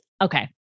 okay